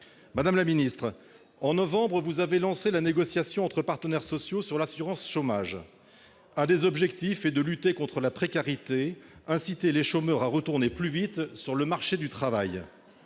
Madame la ministre, vous avez lancé, en novembre, la négociation entre partenaires sociaux sur l'assurance chômage. L'un des objectifs est de lutter contre la précarité, d'inciter les chômeurs à retourner plus vite sur le marché du travail.